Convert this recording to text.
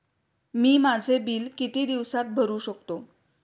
मी माझे बिल किती दिवसांत भरू शकतो?